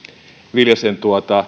viljasen